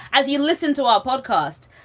as you listen to our podcast,